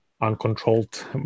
uncontrolled